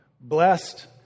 Blessed